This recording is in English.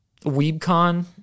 WeebCon